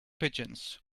pigeons